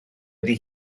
ydy